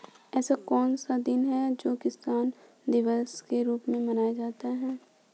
ऐसा कौन सा दिन है जो किसान दिवस के रूप में मनाया जाता है?